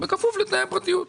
בכפוף לתנאי הפרטיות.